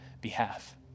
behalf